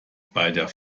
bei